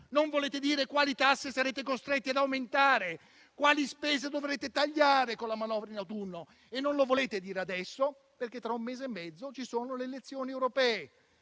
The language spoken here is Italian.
non volete dire quali tasse sarete costretti ad aumentare; quali spese dovrete tagliare con la manovra in autunno. E non lo volete dire adesso, perché tra un mese e mezzo ci sono le elezioni europee.